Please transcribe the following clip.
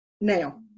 now